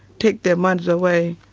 takes their minds away.